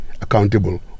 accountable